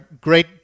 great